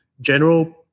general